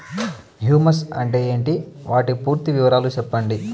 Humus అంటే ఏంటి? వాటి పూర్తి వివరాలు సెప్పండి?